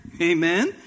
Amen